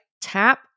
tap